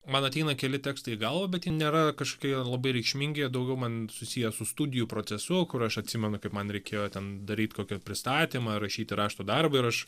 man ateina keli tekstai į galvą bet jie nėra kažkokie labai reikšmingi jie daugiau man susiję su studijų procesu o kur aš atsimenu kaip man reikėjo ten daryt kokį pristatymą ar rašyti rašto darbą ir aš